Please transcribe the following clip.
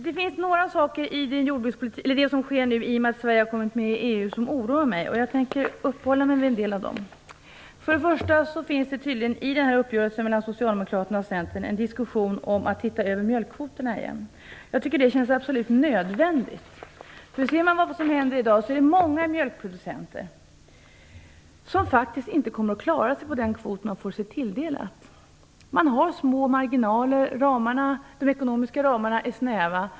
Det finns några saker som sker i och med att Sverige har kommit med i EU som oroar mig. Jag tänker uppehålla mig vid en del av dem. Centern diskuterar man tydligen att mjölkkvoterna skall ses över igen. Jag tycker att det är absolut nödvändigt. Om man ser på vad som händer i dag finner man att många mjölkproducenter faktiskt inte kommer att klara sig på den kvot som de får sig tilldelad. De har små marginaler. De ekonomiska ramarna är snäva.